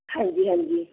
ਹਾਂਜੀ ਹਾਂਜੀ